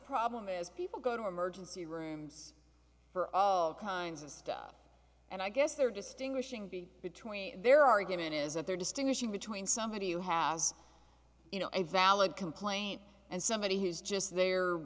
problem is people go to emergency rooms for of kinds of stuff and i guess they're distinguishing b between their argument is that they're distinguishing between somebody who has a valid complaint and somebody who's just there